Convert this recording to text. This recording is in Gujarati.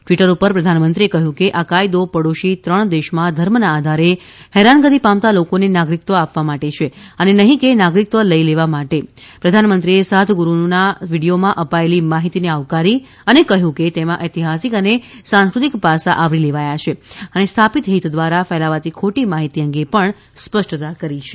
ટવીટર પર પ્રધાનમંત્રીએ કહ્યું કે આ કાયદો પડોશી ત્રણ દેશમાં ધર્મના આધારે હેરાનગતિ પામતા લોકોને નાગરિકત્વ આપવા માટે છે અને નહીં કે નાગરિકત્વ લઇ લેવા માટે પ્રધાનમંત્રીએ સાધગુરુના વીડીયોમાં અપાયેલી માહિતીને આવકારી અને કહ્યું કે તેમાં ઐતિહાસિક અને સાંસ્કૃતિક પાસાં આવરી લેવાયાં છે અને સ્થાપિત હીત દ્વારા ફેલાવાતી ખોટી માહિતી અંગે પણ સ્પષ્ટતા કરી છે